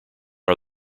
are